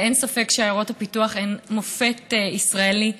אין ספק שעיירות הפיתוח הן מופת ישראלי,